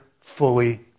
fully